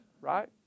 right